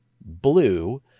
blue